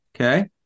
Okay